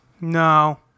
No